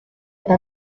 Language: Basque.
eta